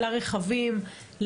לרכבים,